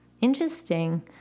Interesting